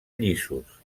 llisos